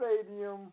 Stadium